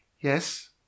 Yes